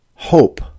Hope